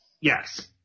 Yes